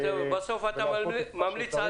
אתה רוצה לומר לי שהחברה שמעסיקה אותך,